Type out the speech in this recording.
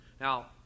Now